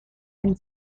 einen